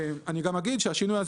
השינוי הזה